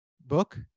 book